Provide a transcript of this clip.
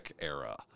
era